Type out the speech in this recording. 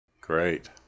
Great